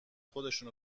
خودشون